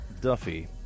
Duffy